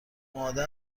آمده